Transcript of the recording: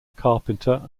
carpenter